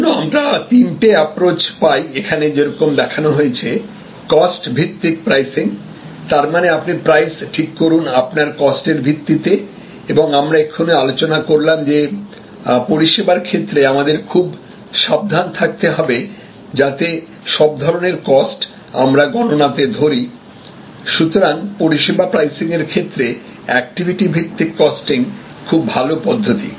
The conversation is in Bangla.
এবং সেই জন্য আমরা তিনটে অ্যাপ্রচ পাই এখানে যেরকম দেখানো হয়েছে কস্ট ভিত্তিক প্রাইসিং তারমানে আপনি প্রাইস ঠিক করুন আপনার কস্ট এর ভিত্তিতে এবং আমরা এক্ষুনি আলোচনা করলাম যে পরিসেবার ক্ষেত্রে আমাদের খুব সাবধান থাকতে হবে যাতে সব ধরনের কস্ট আমরা গননাতে ধরি সুতরাং পরিষেবা প্রাইসিং এর ক্ষেত্রে অ্যাক্টিভিটি ভিত্তিক কস্টিং খুব ভাল পদ্ধতি